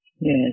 Yes